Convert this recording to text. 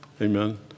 Amen